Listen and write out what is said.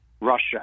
Russia